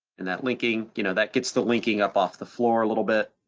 and that linking, you know, that gets the linking up off the floor a little bit.